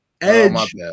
Edge